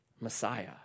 Messiah